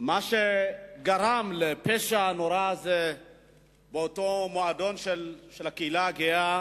שמה שגרם לפשע הנורא הזה באותו מועדון של הקהילה הגאה,